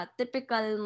typical